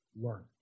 learn